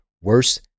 worse